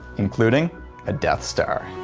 including a death star!